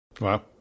Wow